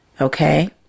Okay